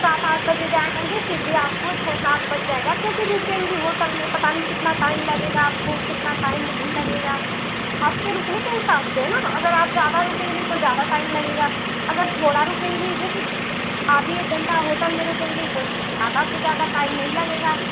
सात आठ बजे जायेंगी फिर भी आपको छः सात बज जाएगा क्योंकि रुकेंगी होटल में पता नहीं कितना टाइम लगेगा आपको कितना टाइम नहीं लगेगा आपके रुकने के हिसाब से है ना अगर आप ज्यादा रुकेंगी तो ज्यादा टाइम लगेगा अगर थोड़ा रुकेंगी जैसे आधी एक घंटा होटल में रुकेंगी तो ज्यादा से ज्यादा टाइम नहीं लगेगा